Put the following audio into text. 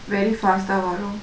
very fast தான் வரும்:thaan varum